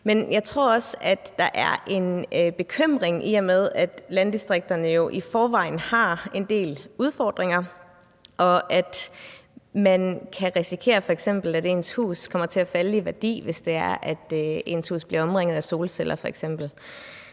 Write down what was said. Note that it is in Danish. Men jeg tror også, at der er en bekymring, i og med at landdistrikterne jo i forvejen har en del udfordringer, og man kan f.eks. risikere, at ens hus kommer til at falde i værdi, hvis det bliver omringet af solceller.